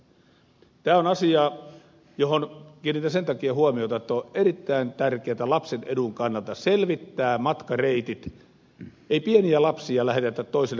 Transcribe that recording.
tämä on asia johon kiinnitin sen takia huomiota että on erittäin tärkeätä lapsen edun kannalta selvittää matkareitit ei pieniä lapsia lähetetä toiselle puolelle maailmaa yksinään